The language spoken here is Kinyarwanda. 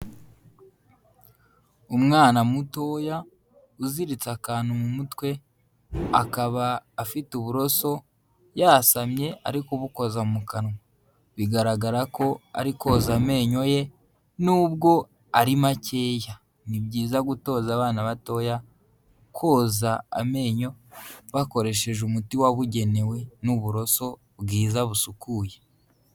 Umwana mutoya uziritse akantu mu mutwe, akaba afite uburoso yasamye ari kubukoza mu kanwa, bigaragara ko ari koza amenyo ye nubwo ari makeya, ni byiza gutoza abana batoya koza amenyo, bakoresheje umuti wabugenewe n'uburoso bwiza busukuye.